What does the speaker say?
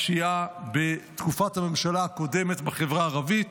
בפשיעה בתקופת הממשלה הקודמת בחברה הערבית,